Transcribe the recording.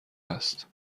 است